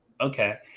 Okay